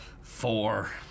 Four